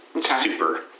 super